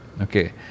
okay